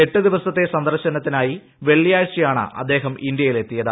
എട്ടു ദിവസത്തെ സന്ദർശനത്തിനായി വെള്ളിയാഴ്ചയാണ് അദ്ദേഹം ഇന്ത്യയിലെത്തിയത്